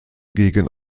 gegen